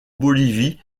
bolivie